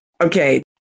Okay